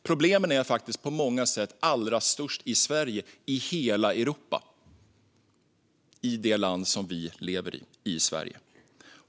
Problemen är på många sätt allra störst i Sverige i hela Europa - i det land vi lever i, i Sverige.